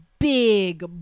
Big